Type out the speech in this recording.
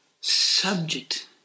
subject